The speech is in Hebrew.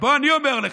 אני אומר לך,